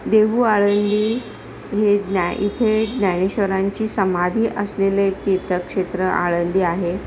देहू आळंदी हे ज्ञा इथे ज्ञानेश्वरांची समाधी असलेले एक तीर्थक्षेत्र आळंदी आहे